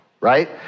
right